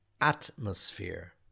atmosphere